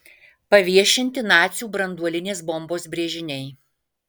paviešinti nacių branduolinės bombos brėžiniai